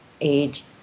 age